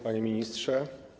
Panie Ministrze!